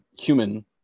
human